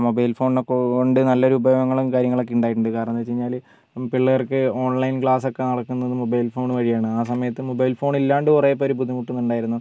mobile ഫോണിനെ കൊണ്ട് നല്ലൊരു ഉപയോഗങ്ങളും കാര്യങ്ങളൊക്കെ ഉണ്ടായിട്ടുണ്ട് കാരണമെന്ന് വെച്ചുകഴിഞ്ഞാൽ പിള്ളേർക്ക് ഓൺലൈൻ ക്ലാസ്സൊക്കെ നടക്കുന്നതു മൊബൈൽ ഫോൺ വഴിയാണ് ആ സമയത്ത് മൊബൈൽ ഫോണില്ലാണ്ട് കുറേ പേർ ബുദ്ധിമുട്ടുന്നുണ്ടായിരുന്നു